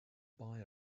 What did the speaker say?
buy